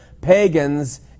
pagans